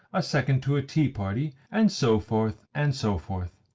a second to a tea-party, and so forth, and so forth.